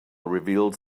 reveals